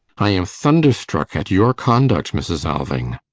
i am thunderstruck at your conduct, mrs. alving.